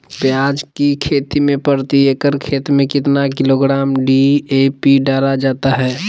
प्याज की खेती में प्रति एकड़ खेत में कितना किलोग्राम डी.ए.पी डाला जाता है?